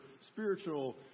spiritual